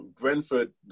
Brentford